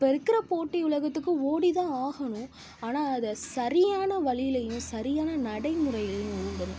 இப்போ இருக்கிற போட்டி உலகத்துக்கு ஓடி தான் ஆகணும் ஆனால் அதை சரியான வழியிலேயும் சரியான நடைமுறையிலேயும் ஓடணும்